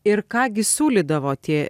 ir ką gi siūlydavo tie